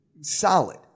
solid